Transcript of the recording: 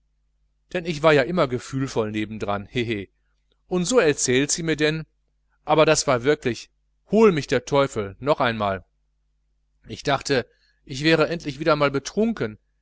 denn ich war ja immer gefühlvoll neben dran hehe und so erzählt sie mir denn aber das war wirklich hol mich der teufel noch einmal ich dachte ich wäre endlich wieder mal betrunken